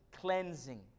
cleansing